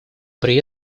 при